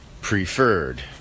preferred